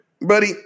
Buddy